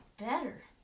better